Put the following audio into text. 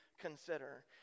consider